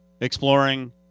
exploring